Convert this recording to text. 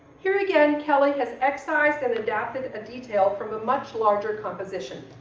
here again kelly has excised and adapted a detail from a much larger composition.